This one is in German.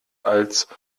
als